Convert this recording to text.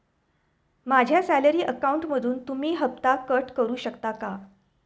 माझ्या सॅलरी अकाउंटमधून तुम्ही हफ्ता कट करू शकता का?